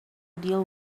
deal